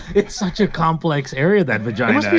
it's such a complex area, that vagina